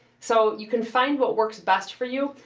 so, you can find what works best for you.